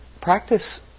Practice